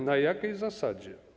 Na jakiej zasadzie?